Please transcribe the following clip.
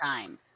time